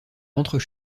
rentrent